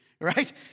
right